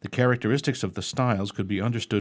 the characteristics of the styles could be understood